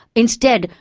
instead,